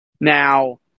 Now